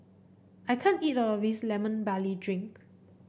I can't eat all of this Lemon Barley Drink